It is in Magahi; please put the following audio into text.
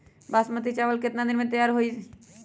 बासमती चावल केतना दिन में तयार होई?